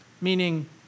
Meaning